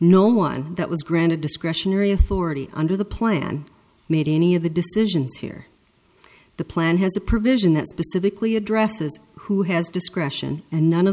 no one that was granted discretionary authority under the plan made any of the decisions here the plan has a provision that specifically addresses who has discretion and none of